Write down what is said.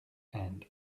and